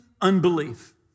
unbelief